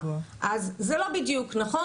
אז זה לא בדיוק נכון,